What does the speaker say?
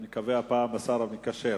אני מקווה, השר המקשר.